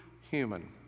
human